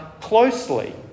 closely